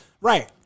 Right